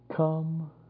come